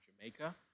Jamaica